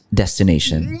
destination